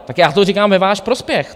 Tak já to říkám ve váš prospěch.